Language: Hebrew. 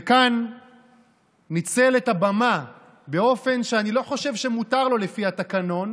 וכאן ניצל את הבמה באופן שאני לא חושב שמותר לו לפי התקנון,